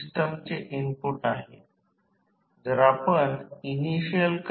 autotransformer साठी मला input पहावे लागेल इनपुट येथे हे संपूर्ण वाइंडिंग आहे